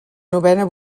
novena